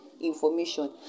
information